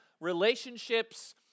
relationships